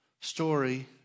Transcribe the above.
story